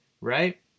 right